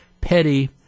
petty